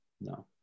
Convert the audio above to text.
No